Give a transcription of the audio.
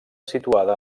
situada